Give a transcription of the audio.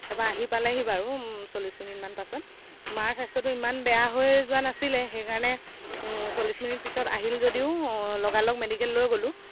তাৰপা আহি পালেহি বাৰু চল্লিশ মিনিটমান পাছত মাৰ স্বাস্থ্যটো ইমান বেয়া হৈ যোৱা নাছিলে সেইকাৰণে চল্লিশ মিনিট পিছত আহিল যদিও লগালগ মেডিকেল লৈ গ'লোঁ